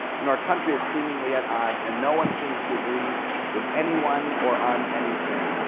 and our country is seemingly at odds, and no one seems to agree with anyone or on anything,